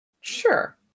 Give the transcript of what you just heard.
sure